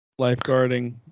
Lifeguarding